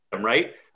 Right